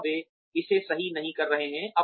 क्या वे इसे सही नहीं कर रहे हैं